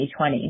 2020